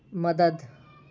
مدد